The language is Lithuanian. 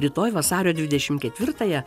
rytoj vasario dvidešimt ketvirtąją